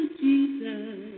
Jesus